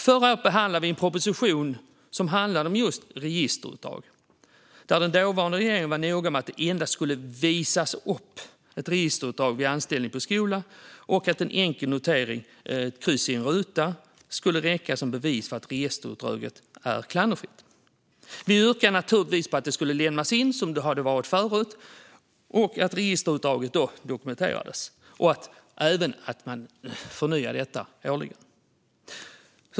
Förra året behandlade vi en proposition som handlade om just registerutdrag, där den dåvarande regeringen var noga med att det endast skulle "visas upp" ett registerutdrag vid anställning på skola och att en enkel notering - ett kryss i en ruta - skulle räcka som bevis för att registerutdraget är klanderfritt. Vi yrkade naturligtvis på att det skulle lämnas in, som det var förut, att registerutdraget skulle dokumenteras och att det även skulle förnyas årligen.